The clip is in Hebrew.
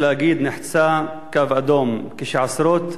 יש להגיד, נחצה קו אדום, כשעשרות,